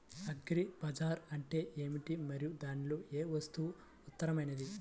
Agri bazaar అంటే ఏమిటి మరియు దానిలో ఏ వస్తువు ఉత్తమమైనది?